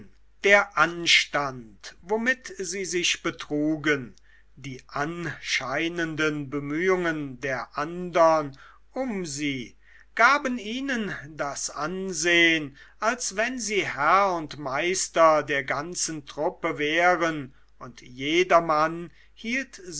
der anstand womit sie sich betrugen die anscheinenden bemühungen der andern um sie gaben ihnen das ansehn als wenn sie herr und meister der ganzen truppe wären und jedermann hielt